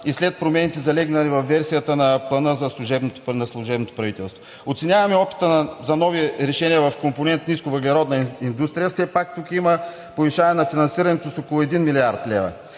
и след промените, залегнали във версията на Плана на служебното правителство. Оценяваме опита за нови решения в компонента нисковъглеродна индустрия – все пак тук има повишаване на финансирането с около 1 млрд. лв.